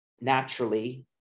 naturally